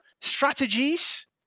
strategies